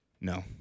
no